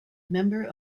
member